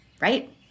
right